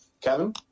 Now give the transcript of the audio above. Kevin